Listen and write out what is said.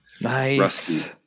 Nice